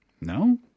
No